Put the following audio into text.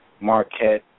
Marquette